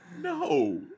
no